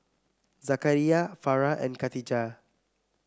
Zakaria Farah and Khatijah